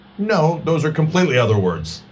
no, those are completely other words,